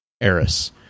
Eris